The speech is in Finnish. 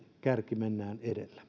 kärki edellä mennään kiitoksia